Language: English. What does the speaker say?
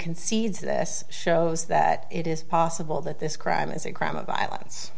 concedes this shows that it is possible that this crime is a crime of violence